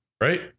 right